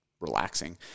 relaxing